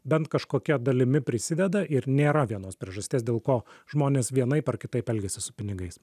bent kažkokia dalimi prisideda ir nėra vienos priežasties dėl ko žmonės vienaip ar kitaip elgiasi su pinigais